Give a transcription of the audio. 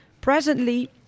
Presently